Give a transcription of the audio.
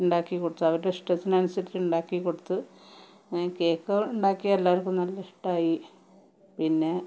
ഉണ്ടാക്കി കൊടുത്ത് അവരുടെ ഇഷ്ടത്തിനനുസരിച്ച് ഉണ്ടാക്കിക്കൊടുത്ത് അങ്ങനെ കേക്ക് ഉണ്ടാക്കി എല്ലാവർക്കും നല്ല ഇഷ്ടമായി പിന്നെ